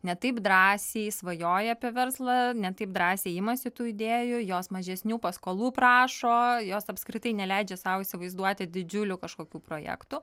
ne taip drąsiai svajoja apie verslą ne taip drąsiai imasi tų idėjų jos mažesnių paskolų prašo jos apskritai neleidžia sau įsivaizduoti didžiulių kažkokių projektų